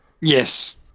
Yes